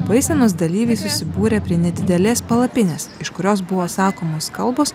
eisenos dalyviai susibūrė prie nedidelės palapinės iš kurios buvo sakomos kalbos